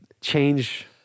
change